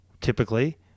typically